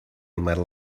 medal